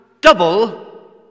double